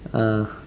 ah